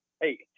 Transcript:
hey